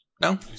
No